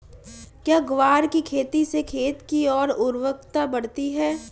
क्या ग्वार की खेती से खेत की ओर उर्वरकता बढ़ती है?